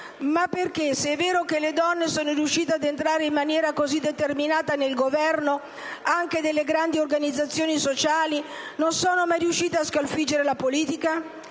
Ma perché, se è vero che le donne sono riuscite ad entrare in maniera così determinata nel governo anche delle grandi organizzazioni sociali, non sono mai riuscite a scalfire la politica?